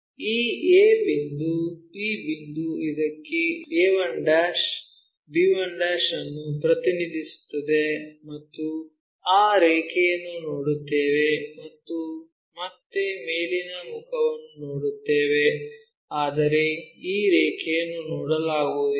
ಈ a ಬಿಂದು b ಬಿಂದು ಇದಕ್ಕೆ a1 b1 ಅನ್ನು ಪ್ರತಿನಿಧಿಸುತ್ತದೆ ಮತ್ತು ಆ ರೇಖೆಯನ್ನು ನೋಡುತ್ತೇವೆ ಮತ್ತು ಮತ್ತೆ ಮೇಲಿನ ಮುಖವನ್ನು ನೋಡುತ್ತೇವೆ ಆದರೆ ಈ ರೇಖೆಯನ್ನು ನೋಡಲಾಗುವುದಿಲ್ಲ